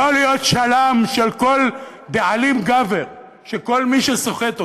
לא להיות שלם של כל דאלים גבר של כל מי שסוחט אותו.